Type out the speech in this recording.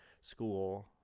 school